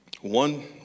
One